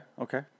Okay